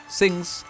sings